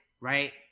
right